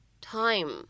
time